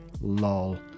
Lol